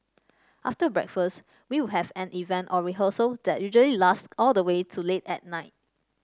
after breakfast we would have an event or rehearsal that usually lasts all the way to late at night